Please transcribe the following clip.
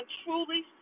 truly